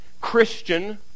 Christian